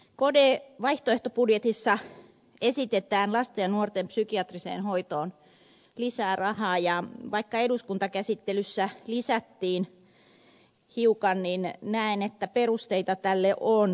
kdn vaihtoehtobudjetissa esitetään lasten ja nuorten psykiatriseen hoitoon lisää rahaa ja vaikka eduskuntakäsittelyssä lisättiin hiukan niin näen että perusteita tälle on